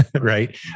Right